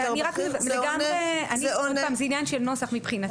זה עונה -- עוד פעם, זה עניין של נוסח מבחינתי.